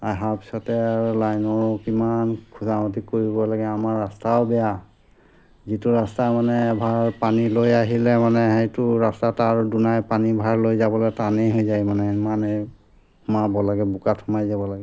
আহাৰ পিছতে আৰু লাইনৰ কিমান খোজা মতি কৰিব লাগে আমাৰ ৰাস্তাও বেয়া যিটো ৰাস্তা মানে অ'ভাৰ পানী লৈ আহিলে মানে সেইটো ৰাস্তাত আৰু দুনাই পানী ভাৰ লৈ যাবলৈ টানেই হৈ যায় মানে ইমানেই সোমাব লাগে বোকাত সোমাই যাব লাগে